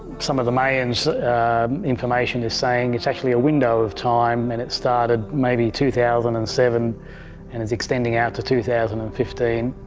some of the mayan information is saying it's actually a window of time and it started maybe two thousand and seven and is extending out to two thousand and fifteen.